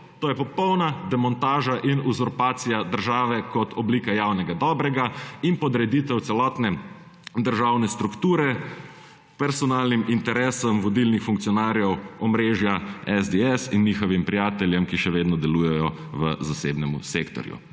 To je popolna demontaža in uzurpacija države kot oblike javnega dobrega in podreditev celotne državne strukture personalnim interesom vodilnih funkcionarjev omrežja SDS in njihovim prijateljem, ki še vedno delujejo v zasebnem sektorju.